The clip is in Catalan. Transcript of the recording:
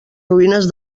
ruïnes